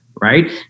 right